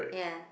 yeah